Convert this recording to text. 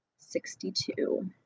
sixty two.